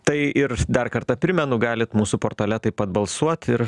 tai ir dar kartą primenu galit mūsų portale taip pat balsuot ir